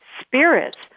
Spirits